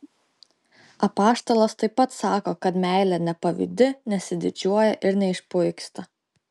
apaštalas taip pat sako kad meilė nepavydi nesididžiuoja ir neišpuiksta